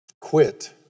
Quit